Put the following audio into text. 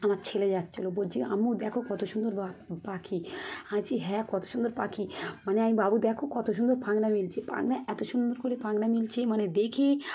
আমার ছেলে যাচ্ছিলো বলছে আম্মু দেখো কত সুন্দর পাখি আমি বলছি হ্যাঁ কত সুন্দর পাখি মানে আমি বাবু দেখো কত সুন্দর পাখনা মেলছে পাখনা এত সুন্দর করে পাখনা মেলছে মানে দেখে